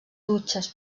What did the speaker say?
dutxes